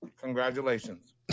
Congratulations